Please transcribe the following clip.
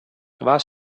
was